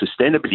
sustainability